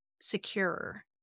secure